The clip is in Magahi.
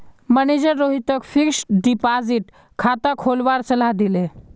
मनेजर रोहितक फ़िक्स्ड डिपॉज़िट खाता खोलवार सलाह दिले